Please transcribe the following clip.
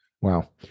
Wow